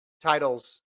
titles